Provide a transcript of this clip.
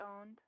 owned